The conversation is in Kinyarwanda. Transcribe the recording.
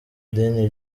dini